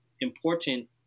important